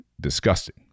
disgusting